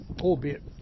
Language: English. albeit